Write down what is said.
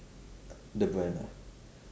the brand ah